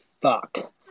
fuck